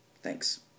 Thanks